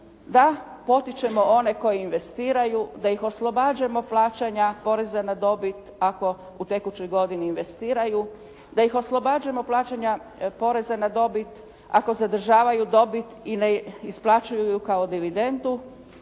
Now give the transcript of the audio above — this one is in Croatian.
da potičemo one koji investiraju, da ih oslobađamo plaćanja poreza na dobit ako u tekućoj godini investiraju, da ih oslobađamo plaćanja poreza na dobit, ako zadržavaju dobit i ne isplaćuju ju kao dividendu